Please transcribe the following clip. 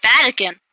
Vatican